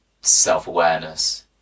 self-awareness